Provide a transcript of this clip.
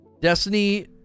Destiny